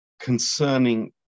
Concerning